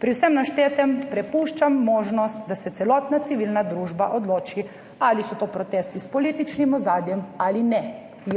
Pri vsem naštetem prepuščam možnost, da se celotna civilna družba odloči, ali so to protesti s političnim ozadjem ali ne.